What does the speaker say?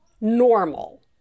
normal